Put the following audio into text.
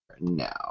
now